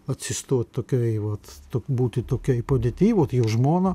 atsistot tokioj vat būti tokioj padėty vat jo žmona